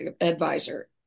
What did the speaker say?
advisor